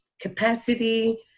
capacity